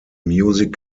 music